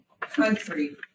country